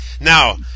now